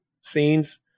scenes